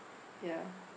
ya